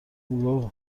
میگفت